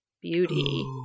Beauty